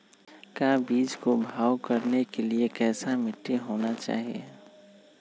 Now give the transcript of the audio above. का बीज को भाव करने के लिए कैसा मिट्टी होना चाहिए?